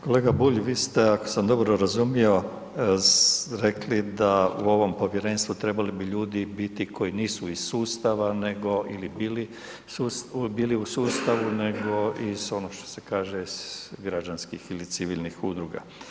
Kolega Bulj, vi ste, ako sam dobro razumio, rekli da u ovom povjerenstvu trebali bi biti ljudi koji nisu iz sustava nego ili bili u sustavu, nego iz onog što se kaže građanskih ili civilnih udruga.